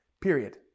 period